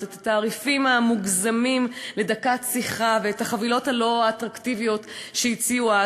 את התעריפים המוגזמים לדקת שיחה ואת החבילות הלא-אטרקטיביות שהציעו אז,